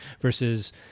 versus